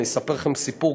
אני אספר לכם סיפור,